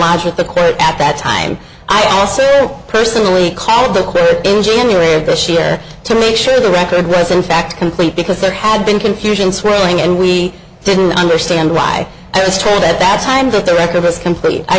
lodge with the clerk at that time i also personally called the january of this year to make sure the record resin fact complete because there had been confusion swirling and we didn't understand why i was told at that time that the rest of us